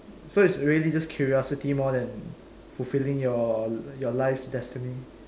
so it's really just curiosity more than fulfilling your your life's destiny